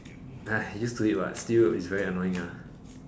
ah used to it what still it's very annoying ah